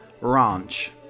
Ranch